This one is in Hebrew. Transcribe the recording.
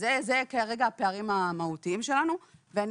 אלה כרגע הפערים המהותיים שלנו וברשותך,